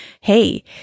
Hey